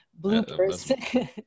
bloopers